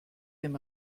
dem